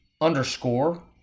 underscore